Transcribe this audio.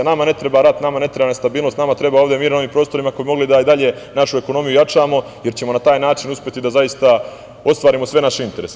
Nama ne treba rat, nema ne treba nestabilnost, nama treba ovde mir na ovim prostorima kako bi mogli da i dalje našu ekonomiju jačamo, jer ćemo na taj način uspeti da zaista ostvarimo sve naše interese.